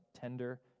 tender